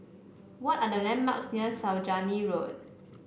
what are the landmarks near Saujana Road